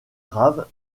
grave